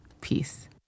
Peace